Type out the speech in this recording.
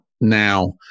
now